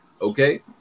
Okay